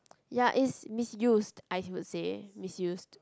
ya is misused I would say misused